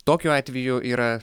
tokiu atveju yra